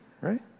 right